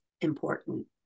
important